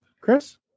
Chris